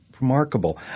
Remarkable